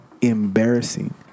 embarrassing